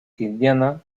indiana